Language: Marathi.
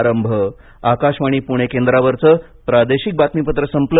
आकाशवाणी पूणे केंद्रावरचं प्रादेशिक बातमीपत्र संपलं